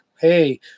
hey